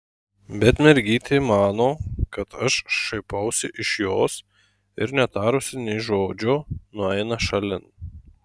bet mergytė mano kad aš šaipausi iš jos ir netarusi nė žodžio nueina šalin